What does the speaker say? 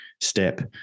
step